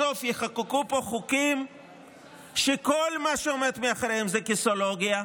בסוף יחוקקו פה חוקים שכל מה שעומד מאחוריהם זה כיסאולוגיה,